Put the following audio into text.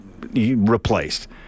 replaced